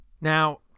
Now